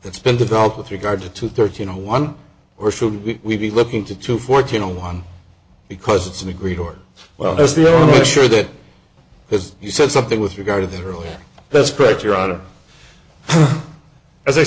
that's been developed with regard to two thirteen one or should we be looking to two fourteen on one because it's an agreed or well that's the sure that has he said something with regard to the early that's correct your honor as i